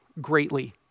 greatly